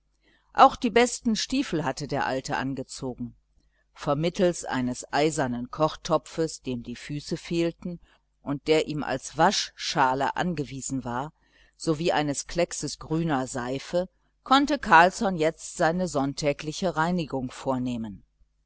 auch die besten stiefel hatte der alte angezogen vermittels eines eisernen kochtopfes dem die füße fehlten und der ihm als waschschale angewiesen war sowie eines kleckses grüner seife konnte carlsson jetzt seine sonntägliche reinigung vornehmen